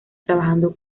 trabajando